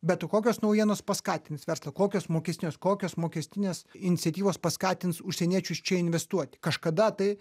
bet kokios naujienos paskatins verslą kokios mokestinės kokios mokestinės iniciatyvos paskatins užsieniečius čia investuoti kažkada tai